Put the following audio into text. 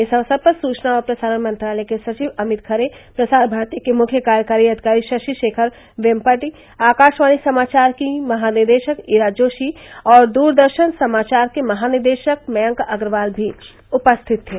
इस अवसर पर सुचना और प्रसारण मंत्रालय के सचिव अमित खरे प्रसार भारती के मुख्य कार्यकारी अधिकारी शशि शेखर वेमपटि आकाशवाणी समाचार की महानिदेशक ईरा जोशी और दूरदर्शन सामचार के महानिदेशक मयंक अग्रवाल भी उपस्थित थे